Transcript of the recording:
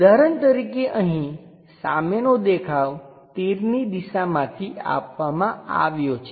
ઉદાહરણ તરીકે અહીં સામેનો દેખાવ તીરની દિશામાંથી આપવામાં આવ્યો છે